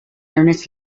ernest